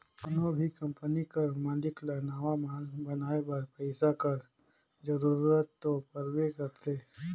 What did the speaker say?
कोनो भी कंपनी कर मालिक ल नावा माल बनाए बर पइसा कर जरूरत दो परबे करथे